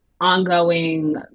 ongoing